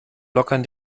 lockern